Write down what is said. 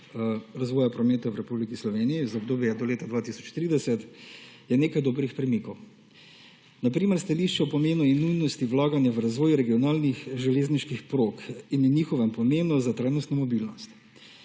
razvoja prometa v Republiki Sloveniji za obdobje do leta 2030 je nekaj dobrih premikov. Na primer stališče o pomenu in nujnosti vlaganja v razvoj regionalnih železniških prog in njihovem pomeni za trajnostno mobilnost.